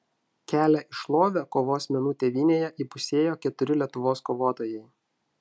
kelią į šlovę kovos menų tėvynėje įpusėjo keturi lietuvos kovotojai